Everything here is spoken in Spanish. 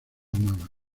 humana